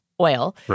oil